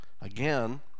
Again